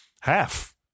Half